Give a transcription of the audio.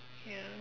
ya